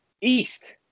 East